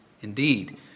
indeed